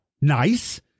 nice